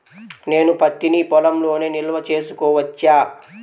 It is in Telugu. నేను పత్తి నీ పొలంలోనే నిల్వ చేసుకోవచ్చా?